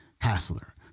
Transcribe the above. Hassler